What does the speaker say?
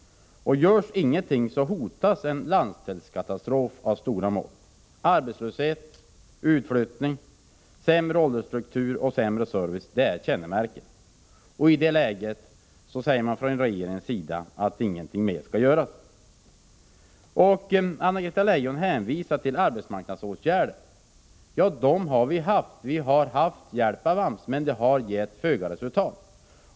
Om ingenting görs hotar en katastrof av stora mått inom en hel landsdel. Arbetslöshet, utflyttning, sämre åldersstruktur och minskad service är utmärkande för detta område. I det läget säger man från regeringen att ingenting mera skall göras. Anna-Greta Leijon hänvisar till arbetsmarknadsåtgärder. Ja, sådana har vidtagits. Vi har fått hjälp från AMS, men den har givit mycket ringa resultat.